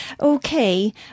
okay